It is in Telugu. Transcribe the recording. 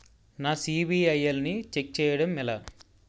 నా సిబిఐఎల్ ని ఛెక్ చేయడం ఎలా?